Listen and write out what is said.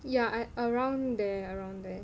yeah I around there around there